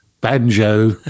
banjo